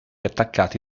attaccati